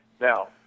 Now